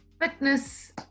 fitness